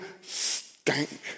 stank